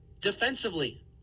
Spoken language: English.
defensively